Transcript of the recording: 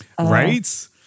Right